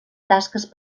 tasques